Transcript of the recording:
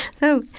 so,